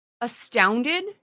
astounded